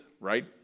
Right